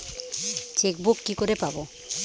Chequebook কি করে পাবো?